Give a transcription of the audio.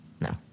No